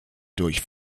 durch